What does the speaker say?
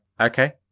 Okay